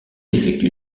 effectue